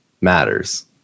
matters